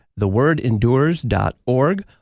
thewordendures.org